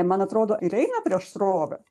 man atrodo ir eina prieš srovę